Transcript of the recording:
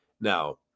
now